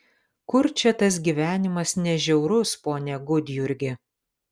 kur čia tas gyvenimas ne žiaurus pone gudjurgi